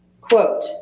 quote